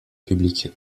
publics